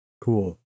cool